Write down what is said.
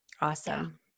Awesome